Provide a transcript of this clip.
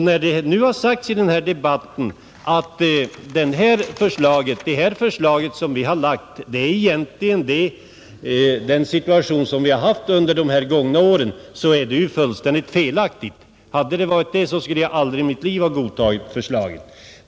När det nu har sagts i den här debatten att det här förslaget som vi har lagt fram egentligen motsvarar den situation som vi har haft under de gångna åren, så är det ju fullständigt felaktigt. Hade det varit så, skulle jag aldrig i mitt liv ha godtagit förslaget.